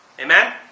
Amen